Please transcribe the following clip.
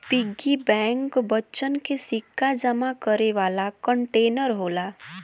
piggy bank बच्चन के सिक्का जमा करे वाला कंटेनर होला